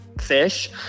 fish